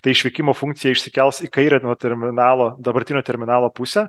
tai išvykimo funkcija išsikels į kairę nuo terminalo dabartinio terminalo pusę